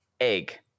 egg